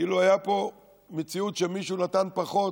כאילו הייתה פה מציאות שמישהו נתן פחות.